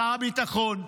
שר הביטחון,